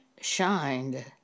shined